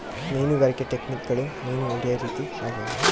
ಮೀನುಗಾರಿಕೆ ಟೆಕ್ನಿಕ್ಗುಳು ಮೀನು ಹಿಡೇ ರೀತಿ ಆಗ್ಯಾವ